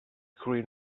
green